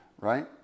right